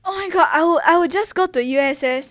oh my god I would I would just go to U_S_S